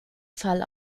fall